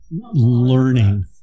learning